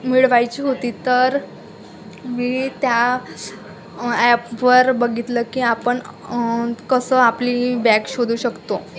मिळवायची होती तर मी त्या ॲपवर बघितलं की आपण कसं आपली बॅग शोधू शकतो